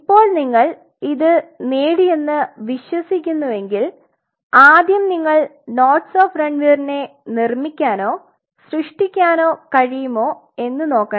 ഇപ്പോൾ നിങ്ങൾ ഇത് നേടിയെന്ന് വിശ്വസിക്കുന്നുവെങ്കിൽ ആദ്യം നിങ്ങൾ നോട്സ് ഓഫ് റാൻവിയറിനെ നിർമ്മിക്കാനോ സൃഷ്ടിക്കാനോ കഴിയുമോ എന്ന് നോക്കണം